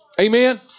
Amen